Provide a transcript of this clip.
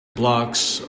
blocks